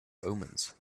omens